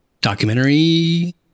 documentary